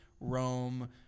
Rome